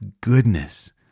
goodness